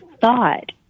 thought